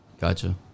Gotcha